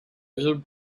little